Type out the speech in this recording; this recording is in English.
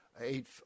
eight